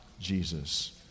Jesus